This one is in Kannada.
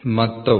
i 0